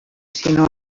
sinó